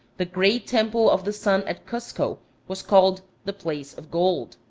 the great temple of the sun at cuzco was called the place of gold.